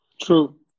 True